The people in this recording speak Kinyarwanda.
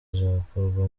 azakorwa